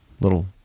little